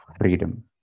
freedom